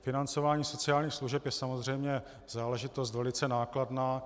Financování sociálních služeb je samozřejmě záležitost velice nákladná.